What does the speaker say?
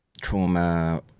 trauma